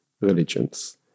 religions